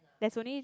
there is only